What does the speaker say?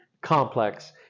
complex